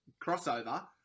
crossover